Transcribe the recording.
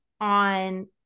on